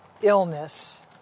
Illness